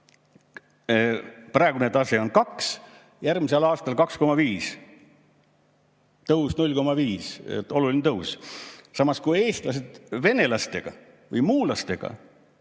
praegune tase on 2, järgmisel aastal 2,5. Tõus on 0,5, oluline tõus. Samas, kui eestlased [suhtlevad] venelastega või muulastega,